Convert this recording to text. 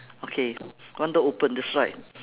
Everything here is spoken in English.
okay one door open that's right